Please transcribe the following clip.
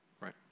right